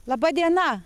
laba diena